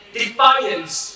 defiance